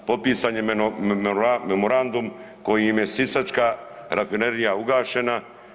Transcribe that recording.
Potpisan je memorandum kojim je Sisačka rafinerija ugašena.